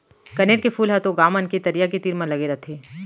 कनेर के फूल ह तो गॉंव मन के तरिया तीर म लगे रथे